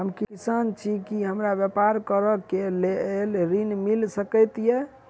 हम किसान छी की हमरा ब्यपार करऽ केँ लेल ऋण मिल सकैत ये?